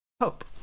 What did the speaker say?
Hope